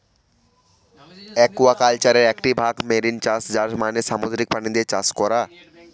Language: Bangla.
একুয়াকালচারের একটি ভাগ মেরিন চাষ যার মানে সামুদ্রিক প্রাণীদের চাষ করা